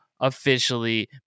officially